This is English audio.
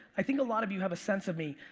i think a lot of you have a sense of me.